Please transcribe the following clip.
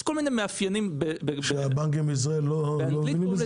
יש כל מיני מאפיינים --- שהבנקים בישראל לא מבינים בזה?